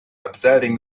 observing